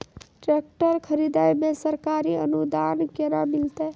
Tractor खरीदै मे सरकारी अनुदान केना मिलतै?